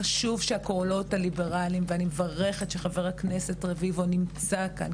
חשוב שהקולות הליברליים ואני מברכת על כך שחבר הכנסת רביבו נמצא כאן,